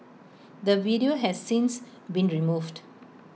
the video has since been removed